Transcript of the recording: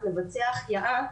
לבצע החייאה,